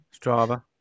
Strava